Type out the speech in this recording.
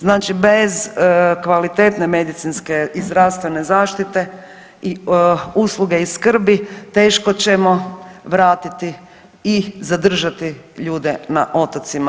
Znači bez kvalitetne medicinske i zdravstvene zaštite i usluge i skrbi teško ćemo vratiti i zadržati ljude na otocima.